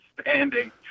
standing